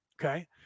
Okay